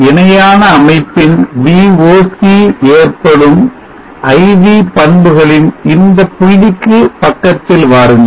இணையான அமைப்பின் Voc ஏற்படும் IV பண்புகளின் இந்தப் புள்ளிக்கு பக்கத்தில் பாருங்கள்